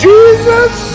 Jesus